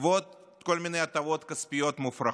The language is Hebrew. ועוד כל מיני הטבות כספיות מופרכות.